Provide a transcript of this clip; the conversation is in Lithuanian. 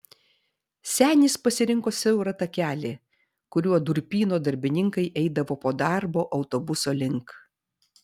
senis pasirinko siaurą takelį kuriuo durpyno darbininkai eidavo po darbo autobuso link